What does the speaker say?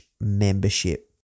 membership